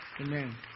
Amen